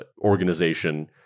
organization